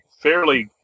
fairly